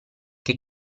che